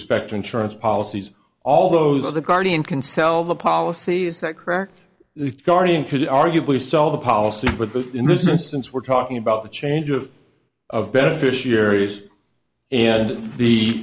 respect to insurance policies all those are the guardian can sell the policy is that correct the guardian could arguably sell the policy but that in this instance we're talking about the change of of beneficiaries and